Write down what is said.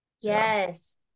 yes